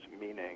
meaning